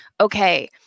okay